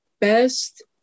best